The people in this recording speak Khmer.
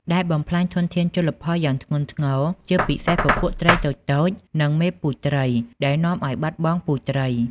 ដែលបំផ្លាញធនធានជលផលយ៉ាងធ្ងន់ធ្ងរ ជាពិសេសពពួកត្រីតូចៗ និងមេពូជត្រី ដែលនាំឱ្យបាត់បង់ពូជត្រី។